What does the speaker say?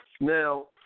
Now